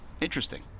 interesting